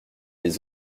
les